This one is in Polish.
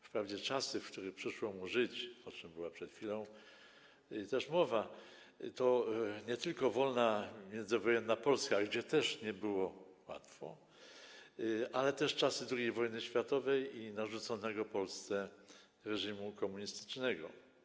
Wprawdzie czasy, w których przyszło mu żyć, o czym była przed chwilą też mowa, to nie tylko wolna międzywojenna Polska, gdzie też nie było łatwo, lecz także czasy II wojny światowej i narzuconego Polsce reżimu komunistycznego.